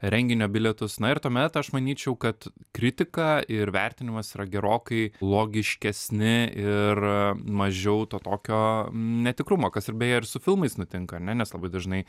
renginio bilietus na ir tuomet aš manyčiau kad kritika ir vertinimas yra gerokai logiškesni ir mažiau to tokio netikrumo kas ir beje ir su filmais nutinka ane nes labai dažnai